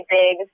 big